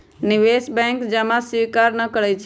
निवेश बैंक जमा स्वीकार न करइ छै